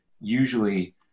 usually